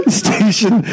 station